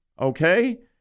Okay